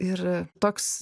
ir toks